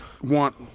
want